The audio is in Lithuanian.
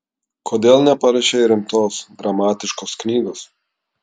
kodėl neparašei rimtos dramatiškos knygos